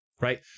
right